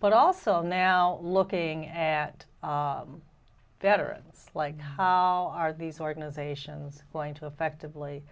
but also now looking at veterans like how are these organizations going to effectively